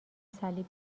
صلیب